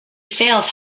fails